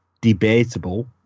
debatable